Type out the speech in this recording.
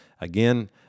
Again